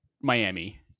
Miami